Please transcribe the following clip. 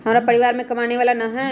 हमरा परिवार में कमाने वाला ना है?